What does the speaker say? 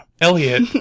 Elliot